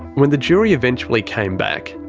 when the jury eventually came back,